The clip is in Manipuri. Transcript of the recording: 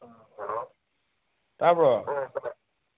ꯍꯂꯣ ꯇꯥꯕ꯭ꯔꯣ